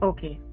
Okay